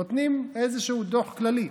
נותנים איזשהו דוח כללי.